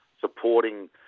supporting